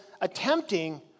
attempting